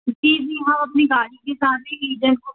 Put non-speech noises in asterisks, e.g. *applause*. जी जी हाँ अपनी गाड़ी के साथ ही *unintelligible*